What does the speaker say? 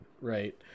right